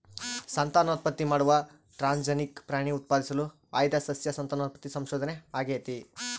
ಸಂತಾನೋತ್ಪತ್ತಿ ಮಾಡುವ ಟ್ರಾನ್ಸ್ಜೆನಿಕ್ ಪ್ರಾಣಿ ಉತ್ಪಾದಿಸಲು ಆಯ್ದ ಸಸ್ಯ ಸಂತಾನೋತ್ಪತ್ತಿ ಸಂಶೋಧನೆ ಆಗೇತಿ